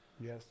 Yes